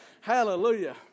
Hallelujah